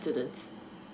students